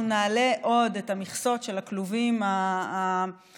נעלה עוד את המכסות של הכלובים המזיקים,